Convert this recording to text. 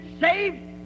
saved